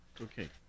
Okay